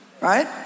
Right